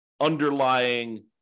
underlying